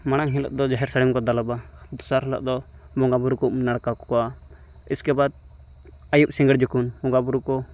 ᱢᱟᱲᱟᱝ ᱦᱚᱞᱳᱜᱫᱚ ᱡᱟᱦᱮᱨ ᱥᱟᱹᱲᱤᱢᱠᱚ ᱫᱟᱞᱚᱵᱟ ᱫᱚᱥᱟᱨ ᱦᱤᱞᱳᱜᱫᱚ ᱵᱚᱸᱜᱟ ᱵᱩᱨᱩᱠᱚ ᱩᱢᱼᱱᱟᱲᱠᱟ ᱠᱚᱣᱟ ᱤᱥᱠᱮ ᱵᱟᱫᱽ ᱟᱹᱭᱩᱵ ᱥᱤᱸᱜᱟᱹᱲ ᱡᱚᱠᱷᱚᱱ ᱵᱚᱸᱜᱟᱵᱩᱨᱩᱠᱚ